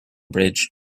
bridge